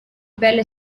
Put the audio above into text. belle